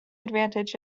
advantage